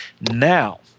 Now